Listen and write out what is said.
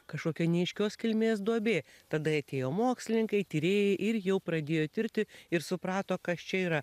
kažkokia neaiškios kilmės duobė tada atėjo mokslininkai tyrėjai ir jau pradėjo tirti ir suprato kas čia yra